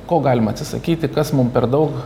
ko galima atsisakyti kas mum per daug